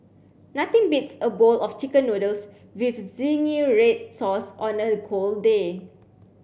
nothing beats a bowl of chicken noodles with zingy red sauce on a cold day